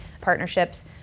partnerships